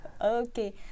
okay